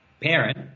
parent